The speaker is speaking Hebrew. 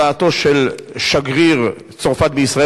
אנו מברכים על הודעתו של שגריר צרפת בישראל